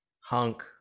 hunk